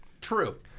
True